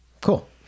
Cool